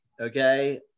okay